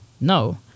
no